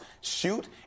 shoot